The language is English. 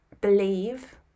believe